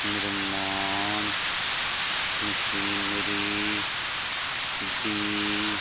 ਨਿਰਮਾਣ ਮਸ਼ੀਨਰੀ ਦੀ